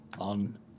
on